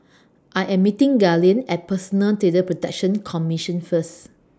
I Am meeting Gaylene At Personal Data Protection Commission First